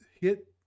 hit